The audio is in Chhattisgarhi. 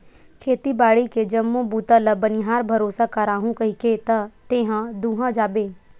खेती बाड़ी के जम्मो बूता ल बनिहार भरोसा कराहूँ कहिके त तेहा दूहा जाबे